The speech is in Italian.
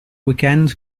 weekend